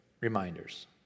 reminders